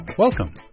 Welcome